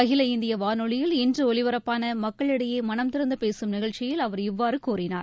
அகில இந்திய வானொலியில் இன்று ஒலிபரப்பான மக்களிடையே மனந்திறந்து பேசும் நிகழ்ச்சியில் அவர் இவ்வாறு கூறினார்